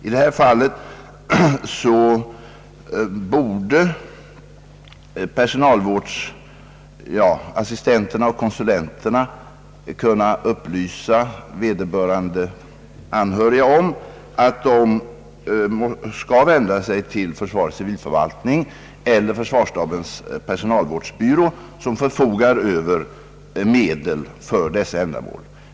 I detta fall borde personalvårdsassistenterna och konsulenterna kunna upplysa vederbörande anhöriga till värnpliktiga om att de skall vända sig till försvarets civilförvaltning eller till försvarsstabens personalvårdsbyrå, som förfogar över medel för dessa ändamål.